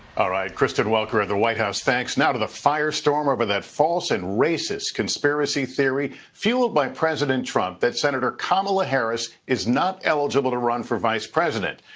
all right. kristen welker at the white house, thanks. now to the firestorm over the false and racist conspiracy theory fueled by president trump that senator kamala harris is not eligible to run for vice president.